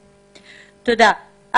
תודה.